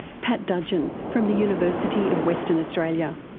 pat dudgeon, from the university of western australia.